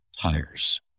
tires